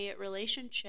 relationship